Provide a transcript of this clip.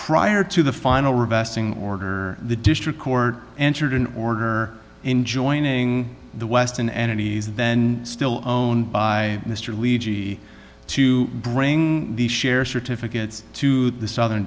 prior to the final resting order the district court entered an order in joining the western enemies then still own by mr levy to bring the share certificates to the southern